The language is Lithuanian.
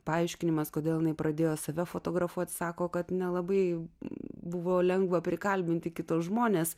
paaiškinimas kodėl jinai pradėjo save fotografuoti sako kad nelabai jau buvo lengva prikalbinti kitus žmones